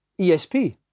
ESP